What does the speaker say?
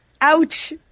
Ouch